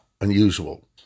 unusual